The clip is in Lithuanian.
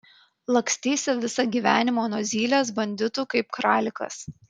lakstysi visą gyvenimą nuo zylės banditų kaip kralikas